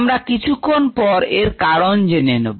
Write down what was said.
আমরা কিছুক্ষন পর এর কারণ জেনে নেব